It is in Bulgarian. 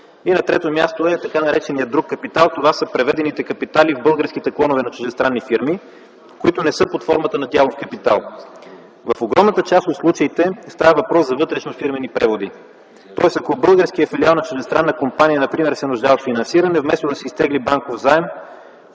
и на трето място е така нареченият друг капитал, това са преведените капитали в българските клонове на чуждестранни фирми, които не са под формата на дялов капитал. В огромната част от случаите става въпрос за вътрешнофирмени преводи, тоест ако българският филиал на чуждестранна компания например се нуждае от финансиране, вместо да се изтегли банков заем